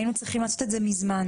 היינו צריכים לעשות את זה מזמן.